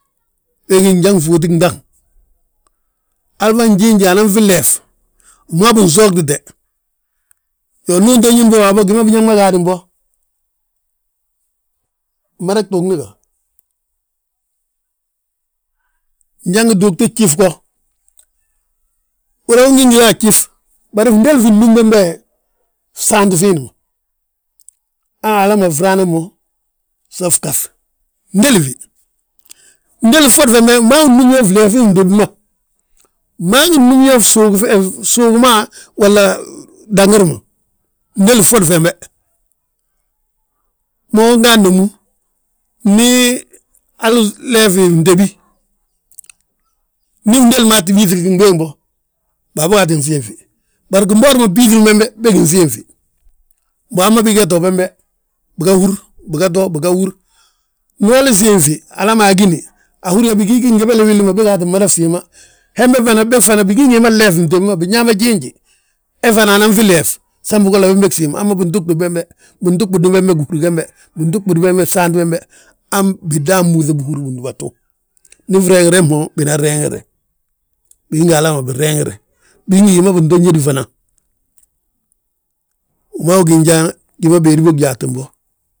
We gí njan ginfooti gindaŋ, hali ma njiinje anan fi leef, wi ma binsoogdite. Iyoo, ndu unto ñín mo waabo gi ma biñaŋ ma gaadin bo, mmada gtuugni ga? Njan gituugti gjif go, húri yaa ungi ge a fjif, bari fndéli fi nnúm bembe, fnsaanti fiindi ma. Han hala ma frana mo, san fgaŧ, fndéli fi, fndéli ffodi fembe fmaa fnúmi fleefi fntéb ma. Fmaafi númi fsuug ma, wala dangir ma, fndéli fnsoli ffodi fembe. Mo unga handomu, ndi hali leefi fntébi, ndi fndéli maa tti yíŧi gimbeegi bommu, baabogaa tti siim fi. Bari gimboori ma fbiifilin bembe bege nsiim fi, mbo hamma bigaa too bembe, biga húr, biga to, biga húr, ndi holi siim fi hala ma agini, ahúri yaa bigii gingébele willi ma bége tii mada fsiima. Bembeg fana bigi ngi hí ma leef fi fntéb ma binyaa ma jinji. He fana anan fi leef, sam bigolla beg siim, hamma bintuugdidi bembe, bintugbidi bembe gihúri gembe, bintugbidi bembe bsaant bembe, han bindan múuŧi húri bindaatu. Ndi fregirre mo binan reŋirre, bigi ngi hala ma binreeŋirre, bigi ngi hi ma binto ñede fana, wi maa gi njan wi ma béedi bég yaatin bo.